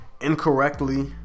incorrectly